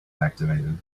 activated